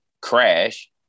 crash